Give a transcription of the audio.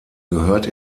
gehört